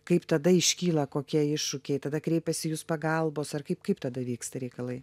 kaip tada iškyla kokie iššūkiai tada kreipiasi į jus pagalbos ar kaip kaip tada vyksta reikalai